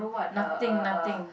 nothing nothing